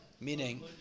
Meaning